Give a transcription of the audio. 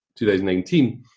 2019